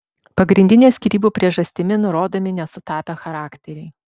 pagrindinė skyrybų priežastimi nurodomi nesutapę charakteriai